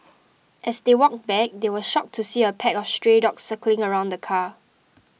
as they walked back they were shocked to see a pack of stray dogs circling around the car